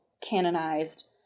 canonized